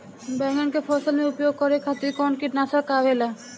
बैंगन के फसल में उपयोग करे खातिर कउन कीटनाशक आवेला?